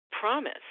promise